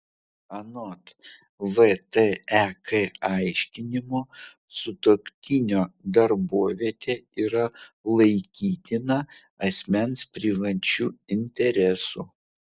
anot vtek aiškinimo sutuoktinio darbovietė yra laikytina asmens privačiu interesu